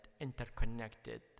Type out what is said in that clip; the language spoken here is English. interconnected